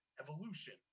evolution